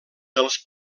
dels